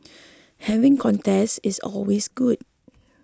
having contests is always good